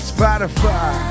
Spotify